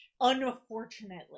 Unfortunately